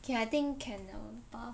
okay I think candle bar